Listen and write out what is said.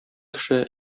кеше